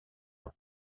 ans